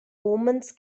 umens